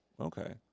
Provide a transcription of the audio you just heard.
Okay